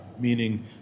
meaning